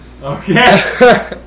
Okay